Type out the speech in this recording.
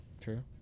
True